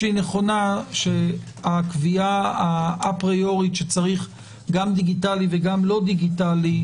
שהיא נכונה שהקביעה האפריורית שצריך גם דיגיטלי וגם לא דיגיטלי,